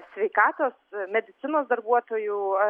sveikatos medicinos darbuotojų